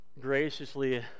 graciously